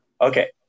okay